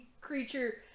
creature